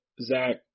Zach